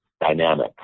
dynamic